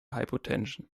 hypotension